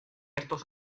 estos